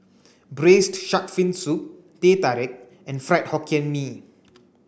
braised shark fin soup Teh Tarik and Fried Hokkien Mee